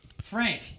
Frank